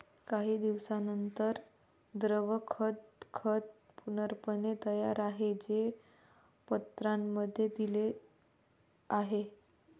काही दिवसांनंतर, द्रव खत खत पूर्णपणे तयार आहे, जे पत्रांमध्ये दिले आहे